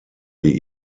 die